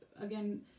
again